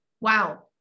Wow